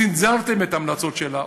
צנזרתם את ההמלצות שלה?